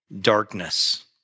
darkness